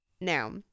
Now